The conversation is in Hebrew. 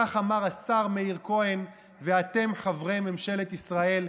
כך אמר השר מאיר כהן, ואתם, חברי ממשלת ישראל,